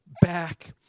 back